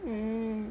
hmm